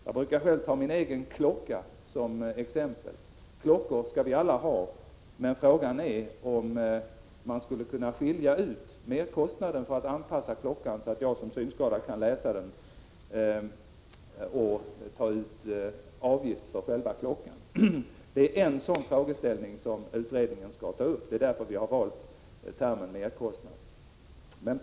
Jag brukar ta min egen klocka som exempel. Klockor skall vi alla ha, men frågan är om man skulle kunna skilja ut merkostnaden för att anpassa klockan så att jag som synskadad kan läsa av den, och ta ut avgift för själva klockan. Det är en sådan frågeställning som utredningen skall ta upp. Det är således därför vi har valt termen merkostnad.